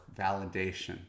validation